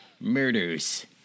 Murders